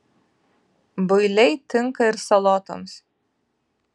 builiai tinka ir salotoms